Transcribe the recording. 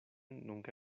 nunca